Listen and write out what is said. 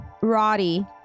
Roddy